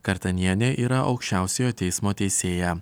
kartanienė yra aukščiausiojo teismo teisėja